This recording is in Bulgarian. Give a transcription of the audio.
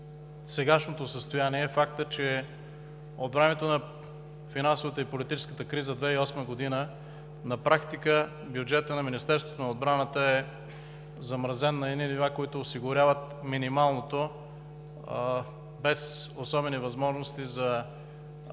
сегашното състояние е фактът, че е от времето на финансовата и политическата криза през 2008 г. на практика бюджетът на Министерството на отбраната е замразен на едни нива, които осигуряват минималното, без особени възможности за пълна,